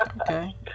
Okay